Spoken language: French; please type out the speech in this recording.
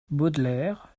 baudelaire